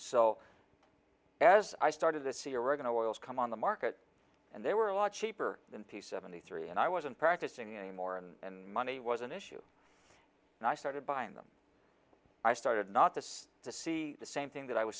so as i started this iraq and of oils come on the market and they were a lot cheaper than p seventy three and i wasn't practicing anymore and money was an issue and i started buying them i started not this to see the same thing that i was